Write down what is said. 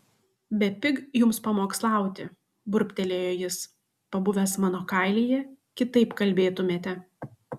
bepig jums pamokslauti burbtelėjo jis pabuvęs mano kailyje kitaip kalbėtumėte